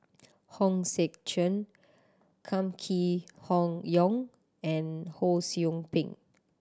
Hong Sek Chern Kam Kee Hong Yong and Ho Sou Ping